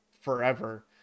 forever